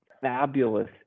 fabulous